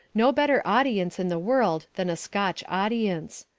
no better audience in the world than a scotch audience.